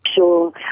Sure